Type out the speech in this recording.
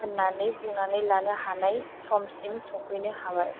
होन्नानै बुंनानै लानो हानाय समसिम सफैनो हाबाय